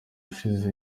ushize